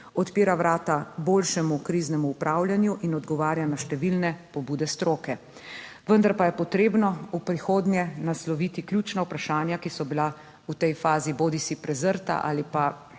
odpira vrata boljšemu kriznemu upravljanju in odgovarja na številne pobude stroke. Vendar pa je potrebno v prihodnje nasloviti ključna vprašanja, ki so bila v tej fazi bodisi prezrta ali pa